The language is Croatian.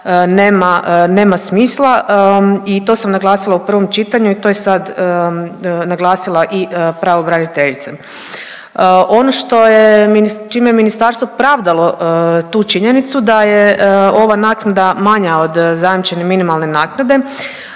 nema smisla i to sam naglasila u prvom čitanju i to je sad naglasila i pravobraniteljica. Ono što je, čime je ministarstvo pravdalo tu činjenicu, da je ova naknada manja od zajamčene minimalne naknade,